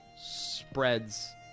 spreads